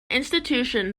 institution